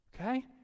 Okay